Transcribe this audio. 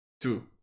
Two